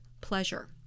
pleasure